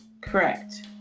correct